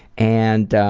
and